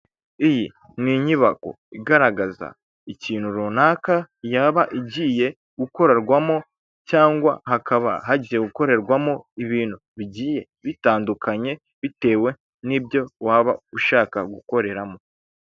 Iyi ni inyubako igaragaza ikintu runaka yaba igiye gukorerwamo cyangwa hakaba hagiye gukorerwamo ibintu bigiye bitandukanye bitewe n'ibyo waba ushaka gukoreramo.